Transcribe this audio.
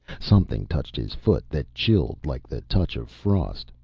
something touched his foot that chilled like the touch of frost,